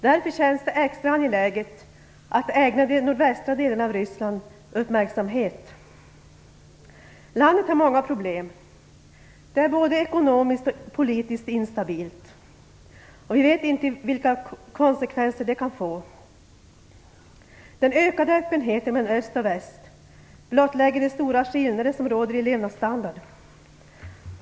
Därför känns det extra angeläget att ägna de nordvästra delarna av Ryssland uppmärksamhet. Landet har många problem. Det är både ekonomiskt och politiskt instabilt, och vi vet inte vilka konsekvenser det kan få. Den ökade öppenheten mellan öst och väst blottlägger de stora skillnader som råder i levnadsstandard.